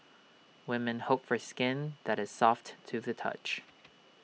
women hope for skin that is soft to the touch